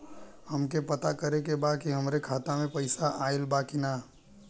हमके पता करे के बा कि हमरे खाता में पैसा ऑइल बा कि ना?